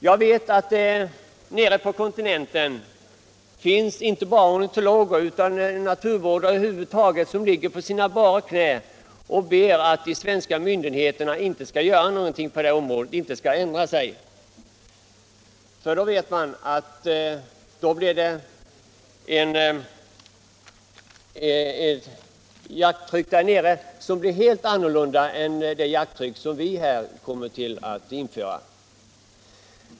Jag vet att nere på kontinenten ornitologer och naturvårdare över huvud taget på sina bara knän ber de svenska myndigheterna att inte ändra bestämmelserna på detta område. Om så skulle ske, skulle det där nere uppstå ett helt annat jakttryck än vad som blir fallet här.